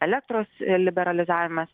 elektros liberalizavimas